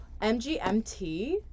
MGMT